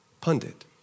pundit